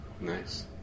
Nice